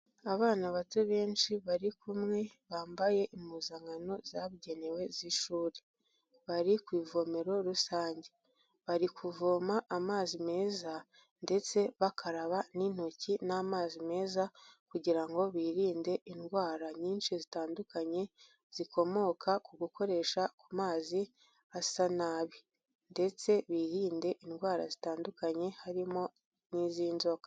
Abana bato benshi bari kumwe, bambaye impuzankano zabugenewe z'ishuri. Bari ku ivomero rusange. Bari kuvoma amazi meza ndetse bakaraba n'intoki n'amazi meza kugira ngo birinde indwara nyinshi zitandukanye zikomoka ku gukoresha ku mazi asa nabi, ndetse birinde indwara zitandukanye harimo nk'iz'inzoka.